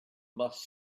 must